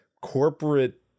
corporate